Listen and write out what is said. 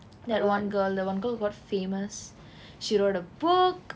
that one girl the one girl got famous she wrote a book